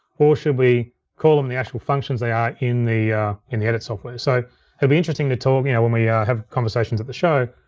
or should we call them the actual functions they are in the in the edit software. it'll so ah be interesting to talk, you know when we have conversations at the show,